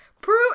Prue